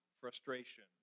frustration